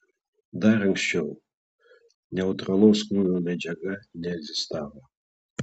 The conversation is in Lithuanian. dar anksčiau neutralaus krūvio medžiaga neegzistavo